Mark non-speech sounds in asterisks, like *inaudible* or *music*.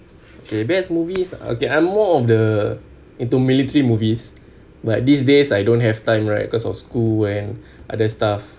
okay best movies okay I'm more of the into military movies but these days I don't have time right because of school and *breath* other stuff